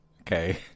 okay